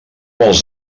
els